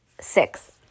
six